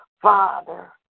Father